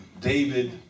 David